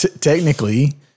Technically